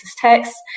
text